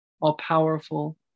all-powerful